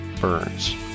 burns